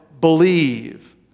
believe